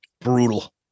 Brutal